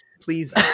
Please